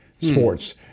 sports